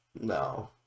no